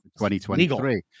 2023